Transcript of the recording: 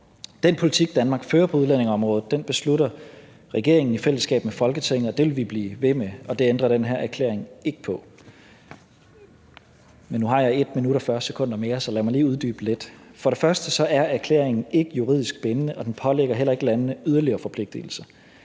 Den politik, Danmark fører på udlændingeområdet, beslutter regeringen i fællesskab med Folketinget, og det vil vi blive ved med, og det ændrer den her erklæring ikke på. Men nu har jeg 1 minut og 40 sekunder mere, så lad mig lige uddybe det lidt. For det første er erklæringen ikke juridisk bindende, og den pålægger heller ikke landene yderligere forpligtelser.